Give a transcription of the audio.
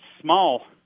small